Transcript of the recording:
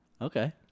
Okay